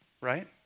Right